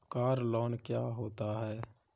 Car loan क्या होता है?